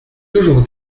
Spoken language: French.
toujours